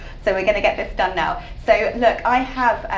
so we're gonna get this done now. so look, i have,